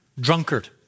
drunkard